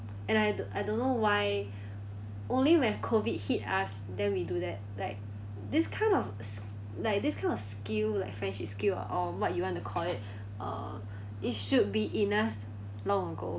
and I don~ I don't know why only when COVID hit us then we do that like this kind of s~ like this kind of skill like friendship skill uh or what you want to call it uh it should be in us long ago